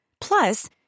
Plus